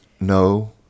no